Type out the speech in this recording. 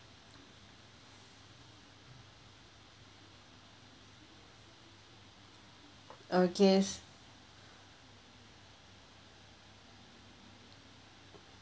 okay